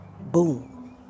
Boom